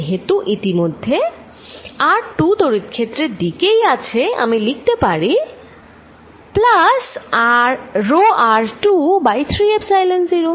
যেহেতু ইতিমধ্যে r২ তড়িৎ ক্ষেত্রের দিকেই আছে আমি লিখতে পারি plus rho r2 by 3 epsilon 0